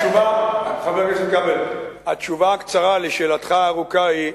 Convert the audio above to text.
חבר הכנסת כבל, התשובה הקצרה על שאלתך הארוכה היא: